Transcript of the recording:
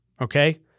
okay